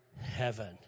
heaven